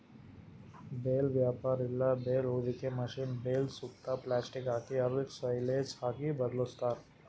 bale wrapper ಇಲ್ಲ bale ಹೊದಿಕೆ machine bale ಸುತ್ತಾ ಪ್ಲಾಸ್ಟಿಕ್ ಹಾಕಿ ಅದುಕ್ ಸೈಲೇಜ್ ಆಗಿ ಬದ್ಲಾಸ್ತಾರ್